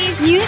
News